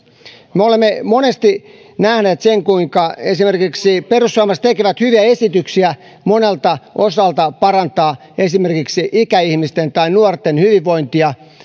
me olemme monesti nähneet sen kuinka esimerkiksi perussuomalaiset tekevät hyviä esityksiä monelta osalta parantaa esimerkiksi ikäihmisten tai nuorten hyvinvointia